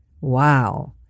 Wow